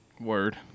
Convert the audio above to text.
word